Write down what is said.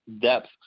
depth